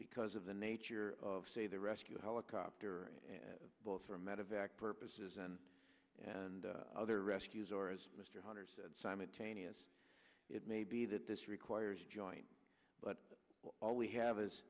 because of the nature of say the rescue helicopter both for medivac purposes and and other rescues or as mr hunter said simultaneous it may be that this requires joint but all we have